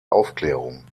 aufklärung